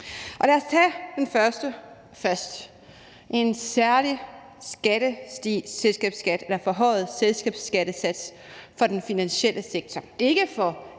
Lad os tage den første først: en særlig forhøjet selskabsskattesats for den finansielle sektor.